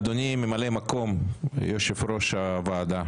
אדוני ממלא מקום יושב ראש הוועדה,